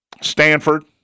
Stanford